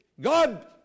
God